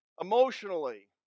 emotionally